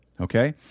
okay